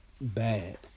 bad